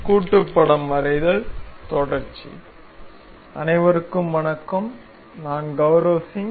கூட்டுப்படம் வரைதல் தொடர்ச்சி அனைவருக்கும் வணக்கம் நான் கௌரவ் சிங்